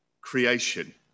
creation